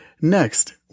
Next